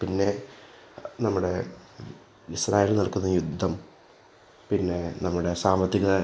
പിന്നെ നമ്മുടെ ഇസ്രായേൽ നടക്കുന്ന യുദ്ധം പിന്നെ നമ്മുടെ സാമ്പത്തികം